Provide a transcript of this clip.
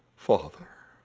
father,